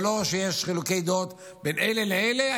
ולא שיש חילוקי דעות בין אלה לאלה.